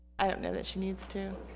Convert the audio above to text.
i don't know that she needs to.